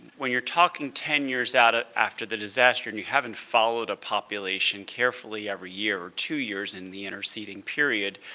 when you're talking ten years out ah after the disaster and you haven't followed a population carefully every year or two years in the interceding period,